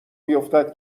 بیفتد